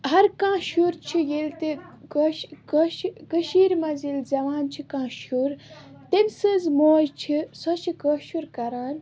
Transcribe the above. ہر کانٛہہ شُر چھُ ییٚلہِ تہِ کٔشیٖر منٛز ییٚلہِ زیٚوان چھِ کانٛہہ شُر تٔمۍ سٕنٛز موج چھِ سۄ چھِ کٲشُر کران